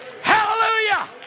Hallelujah